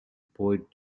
poet